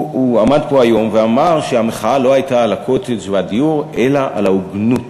הוא עמד פה היום ואמר שהמחאה לא הייתה על הקוטג' והדיור אלא על ההוגנות.